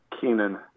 Keenan